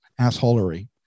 assholery